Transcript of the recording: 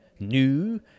new